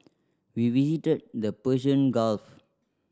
we visited the Persian Gulf